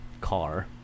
car